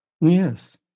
Yes